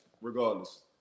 regardless